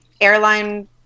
airline